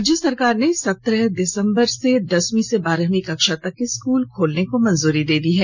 राज्य सरकार ने सत्रह दिसंबर से दसवीं से बारहवीं कक्षा तक के स्कूल खोलने को मंजूरी दे दी है